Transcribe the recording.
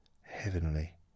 heavenly